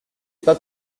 pas